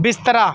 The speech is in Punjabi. ਬਿਸਤਰਾ